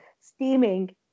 steaming